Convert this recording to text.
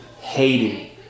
Haiti